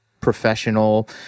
professional